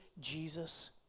Jesus